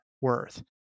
worth